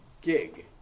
gig